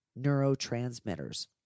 neurotransmitters